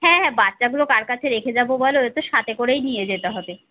হ্যাঁ হ্যাঁ বাচ্চাগুলো কার কাছে রেখে যাবো বলো ওদের তো সাথে করেই নিয়ে যেতে হবে